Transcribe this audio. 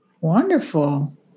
Wonderful